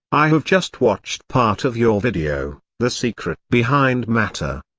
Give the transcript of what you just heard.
i have just watched part of your video, the secret behind matter.